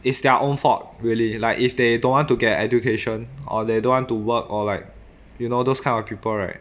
is their own fault really like if they don't want to get education or they don't want to work or like you know those kind of people right